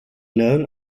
known